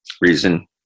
reason